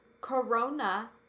corona